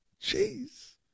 Jeez